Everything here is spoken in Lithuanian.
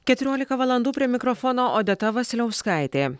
keturiolika valandų prie mikrofono odeta vasiliauskaitė